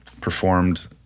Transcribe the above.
performed